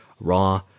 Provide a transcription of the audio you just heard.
Raw